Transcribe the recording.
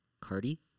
Cardi